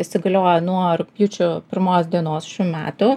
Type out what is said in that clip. įsigaliojo nuo rugpjūčio pirmos dienos šių metų